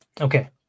Okay